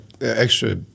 extra